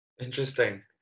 Interesting